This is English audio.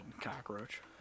Cockroach